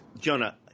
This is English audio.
Jonah